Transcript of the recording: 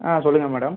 ஆ சொல்லுங்கள் மேடம்